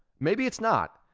maybe it's not.